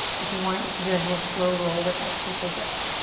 if you want you can do a nice slow roll with that steeple grip.